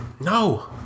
No